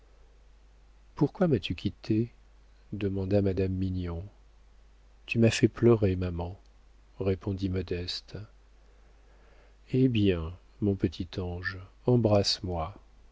pourquoi m'as-tu quittée demanda madame mignon tu m'as fait pleurer maman répondit modeste eh bien mon petit ange embrasse-moi